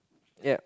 yup